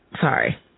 Sorry